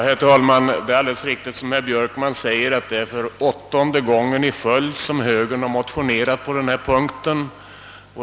Herr talman! Det är helt riktigt, som herr Björkman säger, att det är för åttonde gången i följd som högern motionerat på denna punkt.